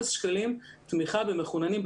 אפס שקלים תמיכה במחוננים,